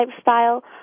style